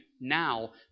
now